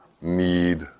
need